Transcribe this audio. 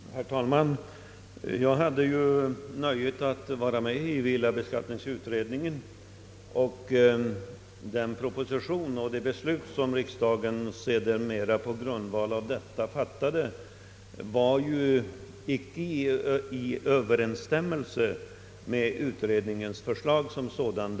Herr talman! Jag hade ju nöjet att vara med i villabeskattningsutredningen. Den proposition och det beslut som riksdagen sedermera fattade på grundval av dess utredning stod icke i överensstämmelse med utredningens förslag som sådant.